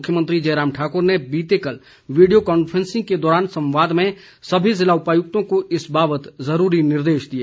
मुख्यमंत्री जयराम ठाकुर ने बीते कल वीडियो कॉन्फ्रेंसिंग के दौरान संवाद में सभी जिला उपायुक्तों को इस बावत जरूरी निर्देश दिए